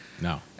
No